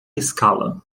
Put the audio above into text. escala